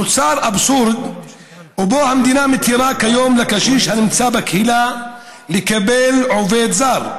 נוצר אבסורד שבו המדינה מתירה כיום לקשיש הנמצא בקהילה לקבל עובד זר,